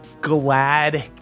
Glad